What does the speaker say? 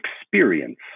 experience